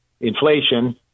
inflation